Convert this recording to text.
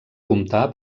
comptar